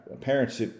Parents